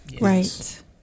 Right